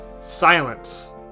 Silence